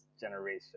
generation